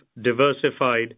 diversified